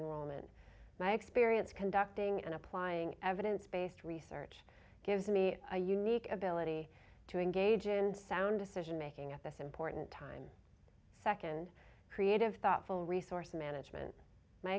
in my experience conducting and applying evidence based research gives me a unique ability to engage in sound decision making at this important time second creative thoughtful resource management my